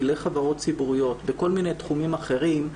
לחברות ציבוריות בכל מיני תחומים אחרים,